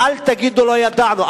אל תגידו: לא ידענו,